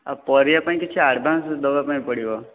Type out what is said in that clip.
ଆଉ ପରିବା ପାଇଁ କିଛି ଆଡ଼ଭାନ୍ସ ଦେବା ପାଇଁ ପଡ଼ିବ